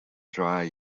dry